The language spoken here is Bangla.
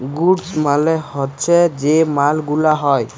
গুডস মালে হচ্যে যে মাল গুলা হ্যয়